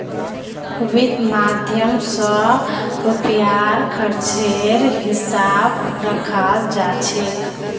वित्त माध्यम स रुपयार खर्चेर हिसाब रखाल जा छेक